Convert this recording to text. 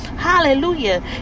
hallelujah